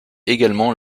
également